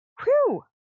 Whew